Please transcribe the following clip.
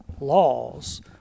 laws